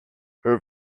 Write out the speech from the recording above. her